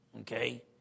Okay